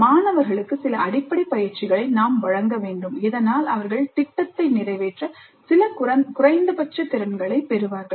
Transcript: மாணவர்களுக்கு சில அடிப்படை பயிற்சிகளை நாம் வழங்க வேண்டும் இதனால் அவர்கள் திட்டத்தை நிறைவேற்ற சில குறைந்தபட்ச திறன்களைப் பெறுவார்கள்